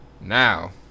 Now